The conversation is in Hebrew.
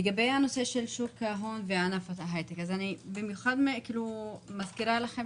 לגבי נושא שוק ההון וענף ההייטק אני מזכירה לכם